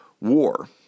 war